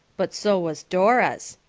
but so was dora's,